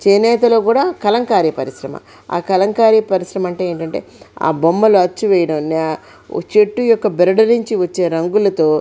చేనేతలో కూడా కలంకారీ పరిశ్రమ ఆ కలంకారీ పరిశ్రమ అంటే ఏంటంటే ఆ బొమ్మలు అచ్చు వేయడం చెట్టు యొక్క బెరడు నుంచి వచ్చే రంగులతో